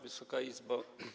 Wysoka Izbo!